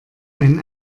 ein